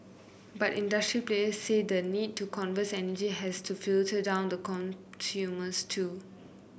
but industry players say the need to conserve energy has to filter down to consumers too